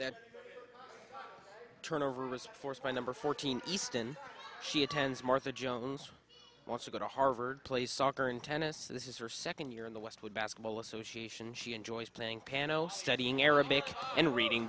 that turnover was forced by number fourteen easton she attends martha jones wants to go to harvard play soccer and tennis this is her second year in the westwood basketball association she enjoys playing piano studying arabic and reading